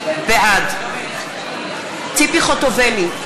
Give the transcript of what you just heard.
בעד ציפי חוטובלי,